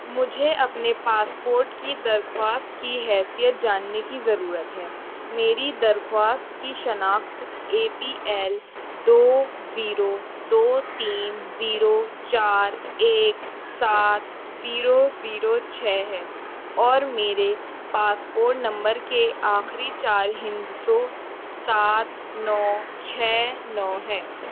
مجھے اپنے پاسپورٹ کی درخواست کی حیثیت جاننے کی ضرورت ہے میری درخواست کی شناخت اے پی ایل دو زیرو دو تین زیرو چار ایک سات زیرو زیرو چھ ہے اور میرے پاسپورٹ نمبر کے آخری چار ہندسوں سات نو چھ نو ہیں